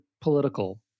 political